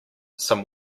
some